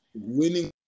Winning